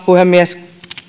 puhemies